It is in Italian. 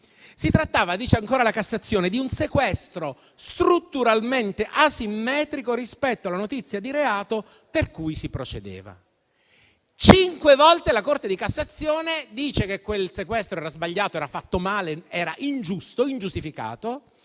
si trattava - dice ancora la Cassazione - di un sequestro strutturalmente asimmetrico rispetto alla notizia di reato per cui si procedeva. Cinque volte la Corte di cassazione afferma che quel sequestro era sbagliato, fatto male, ingiusto e ingiustificato,